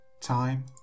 time